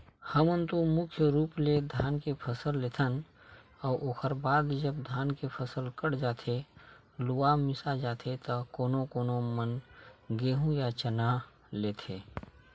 हमन तो मुख्य रुप ले धान के फसल लेथन अउ ओखर बाद जब धान के फसल कट जाथे लुवा मिसा जाथे त कोनो कोनो मन गेंहू या चना लेथे